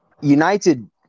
United